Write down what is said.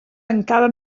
encara